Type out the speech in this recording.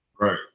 Right